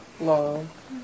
love